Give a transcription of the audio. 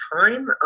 time